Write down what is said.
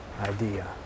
idea